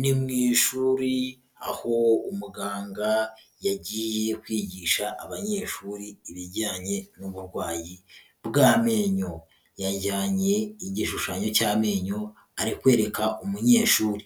Ni mu ishuri, aho umuganga yagiye kwigisha abanyeshuri, ibijyanye n'uburwayi bw'amenyo. Yajyanye igishushanyo cy'amenyo, ari kwereka umunyeshuri.